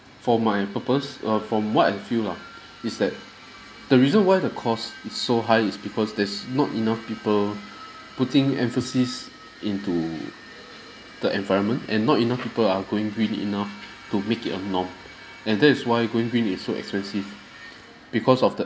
for my purpose err from what I feel lah is that the reason why the cost is so high is because there's not enough people putting emphasis into the environment and not enough people are going green enough to make it a norm and that is why going green is so expensive because of the